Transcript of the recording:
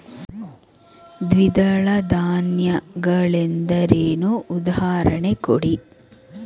ದ್ವಿದಳ ಧಾನ್ಯ ಗಳೆಂದರೇನು, ಉದಾಹರಣೆ ಕೊಡಿ?